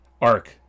arc